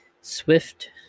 Swift